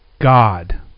God